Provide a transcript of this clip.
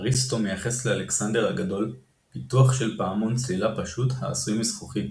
אריסטו מייחס לאלכסנדר הגדול פיתוח של פעמון צלילה פשוט העשוי מזכוכית,